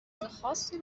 خاصی